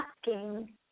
asking